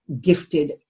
gifted